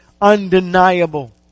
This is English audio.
undeniable